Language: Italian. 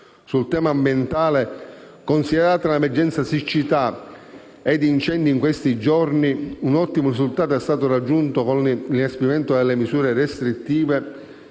Sul tema ambientale, considerata l'emergenza siccità ed incendi in questi giorni, un ottimo risultato è stato raggiunto con l'inasprimento delle misure restrittive